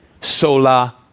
Sola